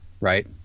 right